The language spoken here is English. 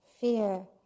Fear